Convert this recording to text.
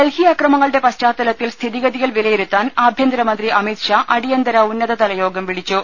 ഡൽഹി അക്രമങ്ങളുടെ പശ്ചാത്തലത്തിൽ സ്ഥിതിഗതി കൾ വിലയിരുത്താൻ ആഭ്യന്തര മന്ത്രി അമിത്ഷാ അടിയന്തര ഉന്നതതലയോഗം വിളിച്ചു